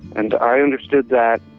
and i understood that,